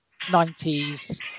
90s